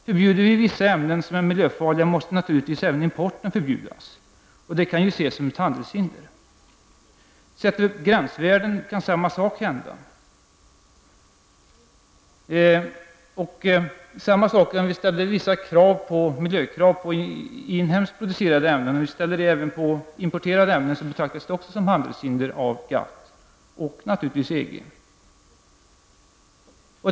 Förbjuder vi vissa ämnen som är miljöfarliga, måste naturligtvis även importen av dessa ämnen förbjudas. Det kan ses som ett handelshinder. Sätter vi gränsvärden kan samma sak hända. Ställer vi vissa miljökrav på inhemskt producerade ämnen, betraktas det som handelshinder av GATT och EG om vi ställer samma krav på importerade ämnen.